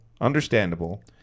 understandable